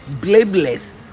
blameless